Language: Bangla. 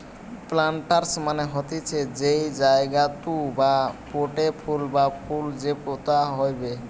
প্লান্টার্স মানে হতিছে যেই জায়গাতু বা পোটে ফুল বা ফল কে পোতা হইবে